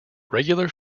regular